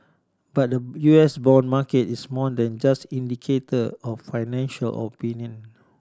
but the U S bond market is more than just indicator of financial opinion